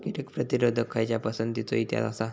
कीटक प्रतिरोधक खयच्या पसंतीचो इतिहास आसा?